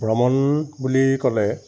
ভ্ৰমণ বুলি ক'লে